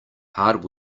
hard